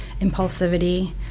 impulsivity